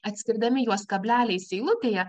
atskirdami juos kableliais eilutėje